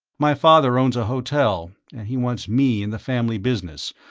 my father owns a hotel, and he wants me in the family business,